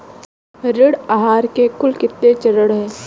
ऋण आहार के कुल कितने चरण हैं?